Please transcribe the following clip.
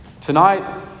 Tonight